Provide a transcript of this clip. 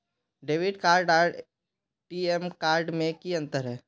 Debit card आर ATM card में की अंतर है?